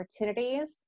opportunities